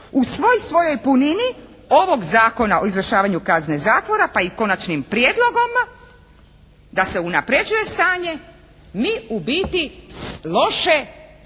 u svoj svojoj punini ovog Zakona o izvršavanju kazne zakona pa i konačnim prijedlogom da se unapređuje stanje mi u biti loše stanje